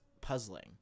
puzzling